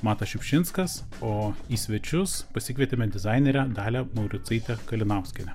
matas šiupšinskas o į svečius pasikvietėme dizainerę dalią mauricaitę kalinauskienę